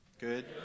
Good